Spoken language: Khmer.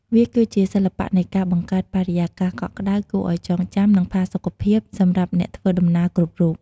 វាគឺជាសិល្បៈនៃការបង្កើតបរិយាកាសកក់ក្តៅ គួរឱ្យចងចាំ និងផាសុកភាពសម្រាប់អ្នកធ្វើដំណើរគ្រប់រូប។